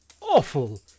awful